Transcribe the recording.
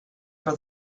for